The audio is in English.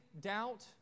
doubt